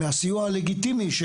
מהסיוע הלגיטימי,